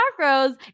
macros